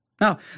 Now